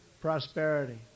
prosperity